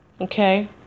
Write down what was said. Okay